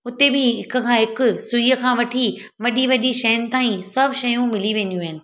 उते बि हिक खां हिकु सुईअ खां वठी वॾी वॾी शयुनि ताईं सभु शयूं मिली वेंदियूं आहिनि